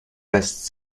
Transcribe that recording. best